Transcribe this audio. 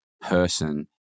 person